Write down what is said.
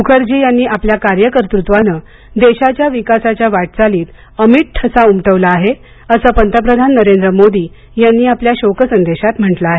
मुखर्जी यांनी आपल्या कार्यकर्तृत्वानं देशाच्या विकासाच्या वाटचालीत अमिट ठसा उमटवला आहे असं पंतप्रधान नरेंद्र मोदी यांनी आपल्या शोक संदेशात म्हटलं आहे